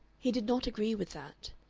he did not agree with that.